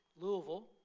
Louisville